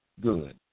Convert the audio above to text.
good